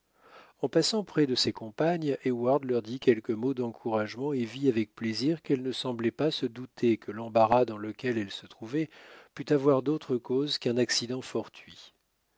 en passant près de ses compagnes heyward leur dit quelques mots d'encouragement et vit avec plaisir qu'elles ne semblaient pas se douter que l'embarras dans lequel elles se trouvaient pût avoir d'autre cause qu'un accident fortuit